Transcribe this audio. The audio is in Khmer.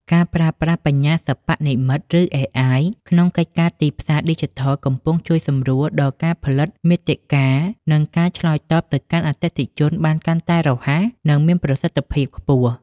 ការប្រើប្រាស់បញ្ញាសិប្បនិម្មិត (ឬ AI) ក្នុងកិច្ចការទីផ្សារឌីជីថលកំពុងជួយសម្រួលដល់ការផលិតមាតិកា និងការឆ្លើយតបទៅកាន់អតិថិជនបានកាន់តែរហ័ស និងមានប្រសិទ្ធភាពខ្ពស់។